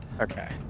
Okay